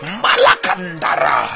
malakandara